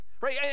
Right